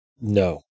No